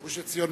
גוש-עציון,